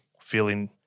feeling